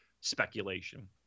speculation